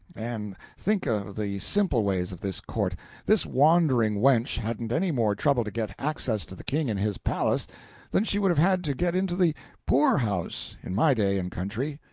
and think of the simple ways of this court this wandering wench hadn't any more trouble to get access to the king in his palace than she would have had to get into the poorhouse in my day and country.